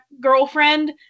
girlfriend